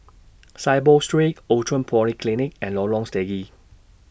Saiboo Street Outram Polyclinic and Lorong Stangee